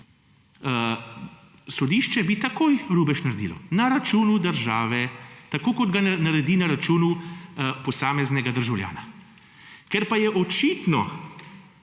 Sodišče bi takoj rubež naredilo na računu države, tako kot ga naredi na računu posameznega državljana. Ker pa je očitno,